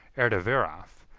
erdaviraph,